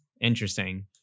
interesting